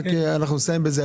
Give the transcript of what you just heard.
נסיים בזה,